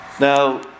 Now